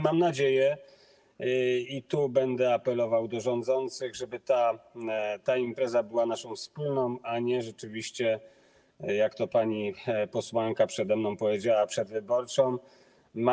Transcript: Mam nadzieję, i tu będę apelował do rządzących, że ta impreza będzie naszą wspólną, a nie rzeczywiście, jak to pani posłanka przede mną powiedziała, przedwyborczą imprezą.